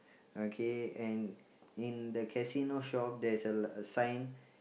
okay and in the casino shop there's a l~ a sign